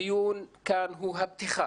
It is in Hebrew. הדיון כאן הוא הפתיחה.